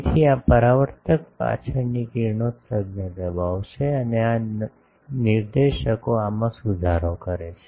તેથી આ પરાવર્તક પાછળની કિરણોત્સર્ગને દબાવશે અને આ નિર્દેશકો આમાં સુધારો કરે છે